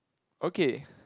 okay